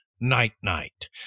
night-night